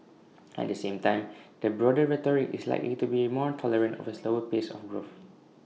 at the same time the broader rhetoric is likely to be more tolerant of A slower pace of growth